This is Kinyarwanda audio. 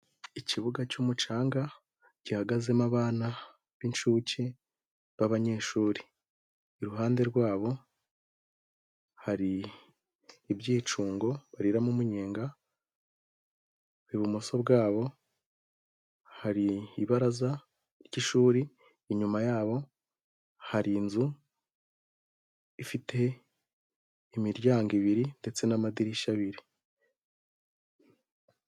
Ikibuga cy'umucanga gihagazemo abana b'inshuke b'abanyeshuri iruhande rwabo hari iby'icungo bariramo umunyenga, ibumoso bwabo hari ibaraza ry'ishuri, inyuma yabo hari inzu ifite imiryango ibiri ndetse n'amadirishya abiri.